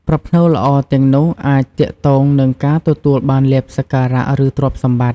ប្រផ្នូលល្អទាំងនោះអាចទាក់ទងនឹងការទទួលបានលាភសក្ការៈ ឬទ្រព្យសម្បត្តិ។